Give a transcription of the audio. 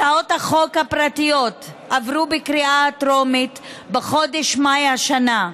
הצעות החוק הפרטיות עברו בקריאה טרומית בחודש מאי השנה,